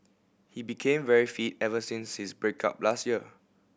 he became very fit ever since his break up last year